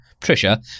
Trisha